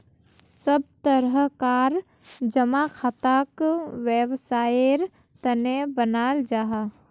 सब तरह कार जमा खाताक वैवसायेर तने बनाल जाहा